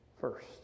first